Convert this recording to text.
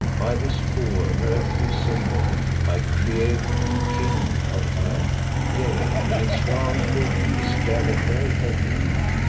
by this poor, earthly symbol i create thee king of earth yea in its round for thee is gathered all her rule.